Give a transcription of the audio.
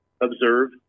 observe